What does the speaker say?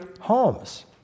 homes